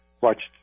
watched